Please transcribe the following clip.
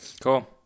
cool